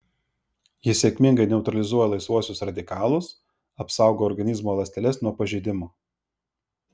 jis sėkmingai neutralizuoja laisvuosius radikalus apsaugo organizmo ląsteles nuo pažeidimo